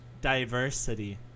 diversity